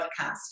podcast